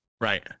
Right